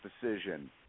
decision